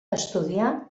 estudià